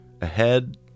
ahead